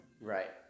Right